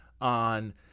on